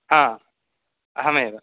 हा अहमेव